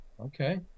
Okay